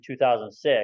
2006